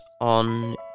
on